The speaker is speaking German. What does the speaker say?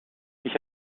ich